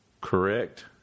Correct